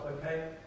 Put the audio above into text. Okay